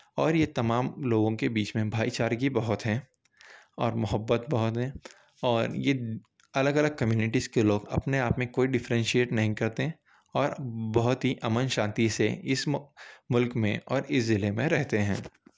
اور یہ تمام لوگوں کے بیچ میں بھائی چارگی بہت ہے اور محبت بہت ہے اور یہ الگ الگ کمیونٹیز کے لوگ اپنے آپ میں کوئی ڈفرینشیٹ نہیں کرتے اور بہت ہی امن شانتی سے اِس مُلک میں اور اِس ضلعے میں رہتے ہیں